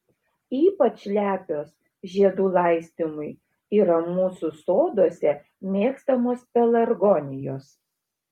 ypač lepios žiedų laistymui yra mūsų soduose mėgstamos pelargonijos